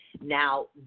Now